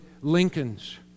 Lincolns